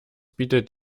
bietet